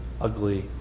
ugly